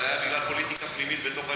זה היה בגלל פוליטיקה פנימית בתוך הליכוד?